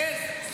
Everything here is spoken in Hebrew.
נס?